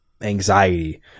anxiety